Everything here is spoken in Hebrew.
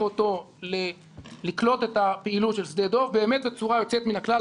אותו לקלוט את הפעילות של שדה דב באמת בצורה יוצאת מן הכלל.